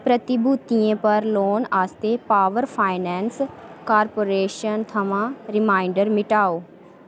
प्रतिभूतियें पर लोन आस्तै Power Finance Corporation थमां रिमाइंडर मिटाओ